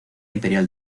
imperial